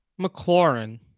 McLaurin